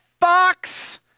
fox